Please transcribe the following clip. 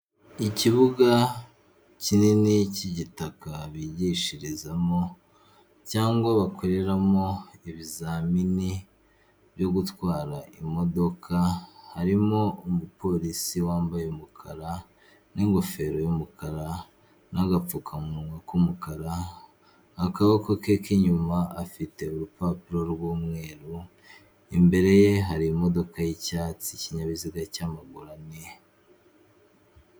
Ikibuga kinini k'igitaka bigishirizamo cyangwa bakoreramo ibizamini byo gutwara imodoka, harimo umupolisi wambaye umukara n'ingofero y'umukara n'agapfukamunwa k'umukara, akaboko ke k'inyuma afite urupapuro rw'umweru, imbere ye hari imodoka y'icyatsi ikinyabiziga cy'amaguru ane.